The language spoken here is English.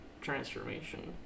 transformation